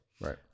Right